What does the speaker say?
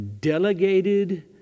delegated